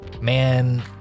Man